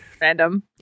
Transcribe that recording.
Random